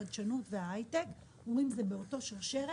החדשנות וההייטק ואומרים שזה חלק מאותה שרשרת,